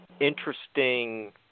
interesting